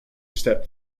step